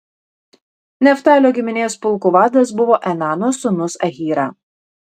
neftalio giminės pulkų vadas buvo enano sūnus ahyra